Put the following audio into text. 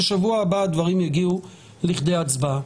ובשבוע הבא הדברים יגיעו לכדי הצבעה.